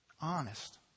Honest